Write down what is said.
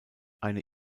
eine